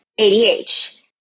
ADH